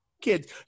kids